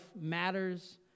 matters